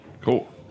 Cool